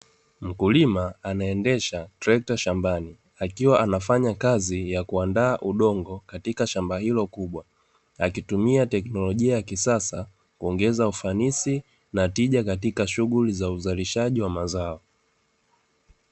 Mkulima aanaedeshatrekta shambani akiwai anafanya kazi ya kuandaa udongo katika shamba hilo kubwa, akitumia teknolojia hio ya kisasa katika kuongeza ufanisi na tija katika shughuli za uzalishaji wa mazao.